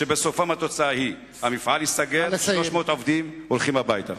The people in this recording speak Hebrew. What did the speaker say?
שהתוצאה שלהן היא שהמפעל ייסגר ו-300 עובדים ילכו הביתה.